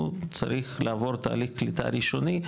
הוא צריך לעבור תהליך קליטה ראשוני,